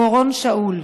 הוא אורון שאול.